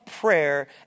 prayer